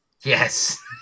Yes